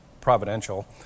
providential